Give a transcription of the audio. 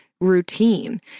routine